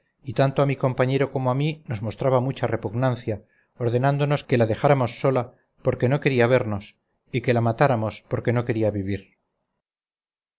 y tanto a mi compañero como a mí nos mostraba mucha repugnancia ordenándonos que la dejáramos sola porque no quería vernos y que la matáramos porque no quería vivir